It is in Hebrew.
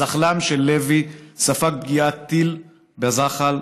הזחל"ם של לוי ספג פגיעת טיל בזחל,